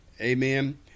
Amen